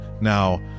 now